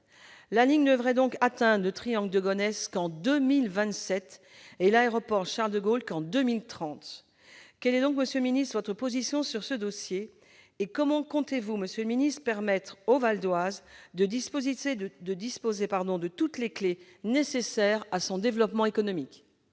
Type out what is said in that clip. La ligne ne devrait donc atteindre le triangle de Gonesse qu'en 2027 et l'aéroport Charles de Gaulle qu'en 2030 ! Monsieur le secrétaire d'État, quelle est votre position sur ce dossier ? Comment comptez-vous permettre au Val-d'Oise de disposer de toutes les clés nécessaires à son développement économique ?